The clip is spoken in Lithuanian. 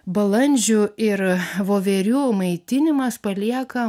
balandžių ir voverių maitinimas palieka